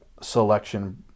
selection